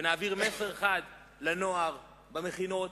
ונעביר מסר חד לנוער במכינות,